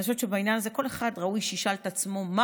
אני חושבת שבעניין הזה ראוי שכל אחד ישאל את עצמו מה